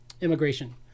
Immigration